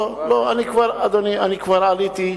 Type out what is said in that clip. לא לא, אדוני, אני כבר עליתי.